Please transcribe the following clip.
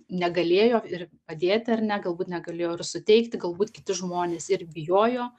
negalėjo ir padėti ar ne galbūt negalėjo ir suteikti galbūt kiti žmonės ir bijojo